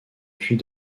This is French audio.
puis